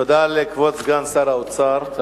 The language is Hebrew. תודה לכבוד סגן שר האוצר.